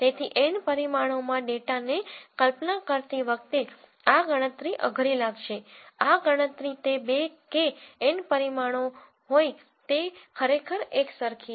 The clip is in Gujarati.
તેથી N પરિમાણોમાં ડેટાને કલ્પના કરતી વખતે આ ગણતરી અઘરી લાગશે આ ગણતરી તે બે કે N પરિમાણો હોય તે ખરેખર એક સરખી છે